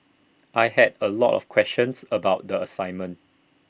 I had A lot of questions about the assignment